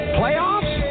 playoffs